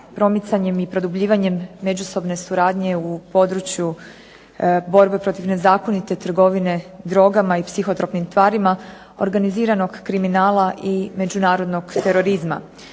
promicanjem i produbljivanjem međusobne suradnje u području borbe protiv nezakonite trgovine drogama i psihotropnim tvarima, organiziranog kriminala i međunarodnog terorizma.